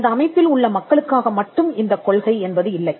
அந்த அமைப்பில் உள்ள மக்களுக்காக மட்டும் இந்தக் கொள்கை என்பது இல்லை